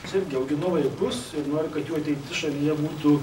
aš irgi auginu vaikus ir noriu kad jų ateitis šalyje būtų